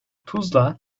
tuzla